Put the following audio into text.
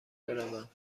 بروم